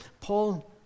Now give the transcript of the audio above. Paul